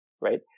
right